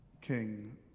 king